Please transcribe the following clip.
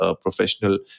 professional